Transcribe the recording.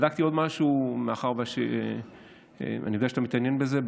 בדקתי עוד משהו, מאחר שאני יודע שאתה מתעניין בזה.